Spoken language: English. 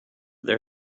their